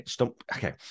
okay